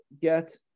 get